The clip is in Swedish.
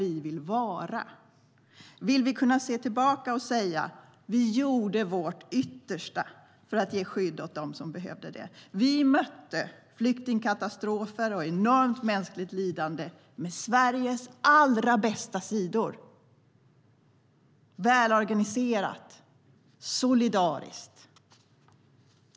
Jag undrar om vi vill kunna se tillbaka och säga: Vi gjorde vårt yttersta för att ge skydd åt dem som behövde det, vi mötte flyktingkatastrofer och enormt mänskligt lidande med Sveriges allra bästa sidor, välorganiserat och solidariskt.